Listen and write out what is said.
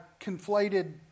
conflated